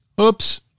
Oops